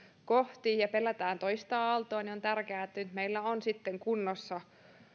kohti ja pelätään toista aaltoa on tärkeää että nyt meillä on sitten kunnossa